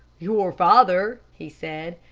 your father, he said,